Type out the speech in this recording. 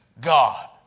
God